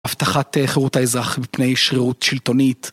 הבטחת חירות האזרח מפני שרירות שלטונית